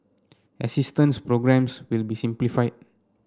assistance programmes will be simplified